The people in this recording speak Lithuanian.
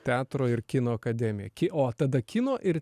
teatro ir kino akademija ki o tada kino ir